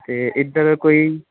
ਅਤੇ ਇੱਧਰ ਕੋਈ